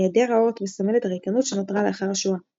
היעדר האות מסמל את הריקנות שנותרה לאחר השואה;